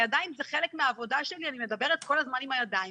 הידיים הן חלק מהעבודה שלי ואני מדברת כל הזמן עם הידיים.